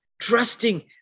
Trusting